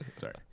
sorry